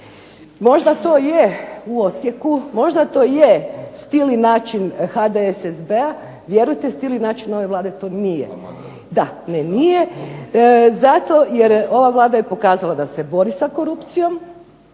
Možda to je u Osijeku, možda to je stil i način HDSSB-a, vjerujte stil i način ove Vlade to nije. Ne, nije, zato jer ova Vlada je pokazala da se bori sa korupcijom,